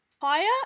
fire